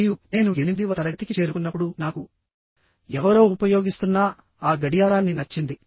మరియు నేను 8వ తరగతికి చేరుకున్నప్పుడునాకు ఎవరో ఉపయోగిస్తున్నా ఆ గడియారాన్ని నచ్చింది